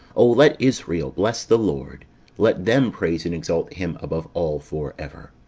o let israel bless the lord let them praise and exalt him above all for ever.